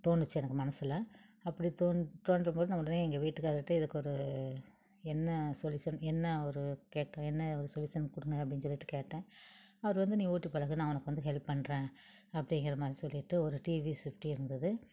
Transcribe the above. தோணுச்சு எனக்கு மனசில் அப்படி தோன் தோன்றும்போது நான் உடனே எங்க வீட்டுக்கார்கிட்ட இதுக்கு ஒரு என்ன சொலியூஷன் என்ன ஒரு கேட்க என்ன ஒரு சொலியூஷன் கொடுங்க அப்படின் சொல்லிவிட்டு கேட்டேன் அவர் வந்து நீ ஓட்டி பழகு நான் உனக்கு வந்து ஹெல்ப் பண்ணுறேன் அப்படிங்கறமாரி சொல்லிவிட்டு ஒரு டிவிஎஸ் ஃபிஃப்டி இருந்துது